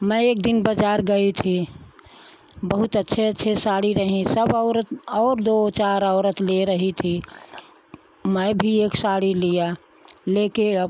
मैं एक दिन बाजार गई थी बहुत अच्छे अच्छे साड़ी रहीं सब औरत और दो चार औरत ले रही थी मैं भी एक साड़ी लिया ले के